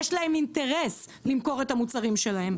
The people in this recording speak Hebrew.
יש להם אינטרס למכור את המוצרים שלהם.